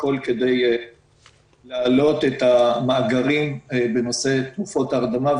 הכל כדי להעלות את המאגרים בנושא תרופות ההרדמה.